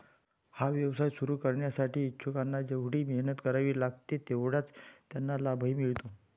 हा व्यवसाय सुरू करण्यासाठी इच्छुकांना जेवढी मेहनत करावी लागते तेवढाच त्यांना लाभही मिळतो